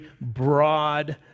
broad